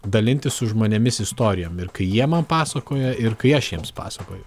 dalintis su žmonėmis istorijom ir kai jie man pasakoja ir kai aš jiems pasakoju